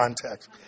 context